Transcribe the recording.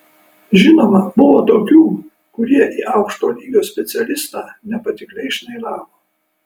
žinoma buvo tokių kurie į aukšto lygio specialistą nepatikliai šnairavo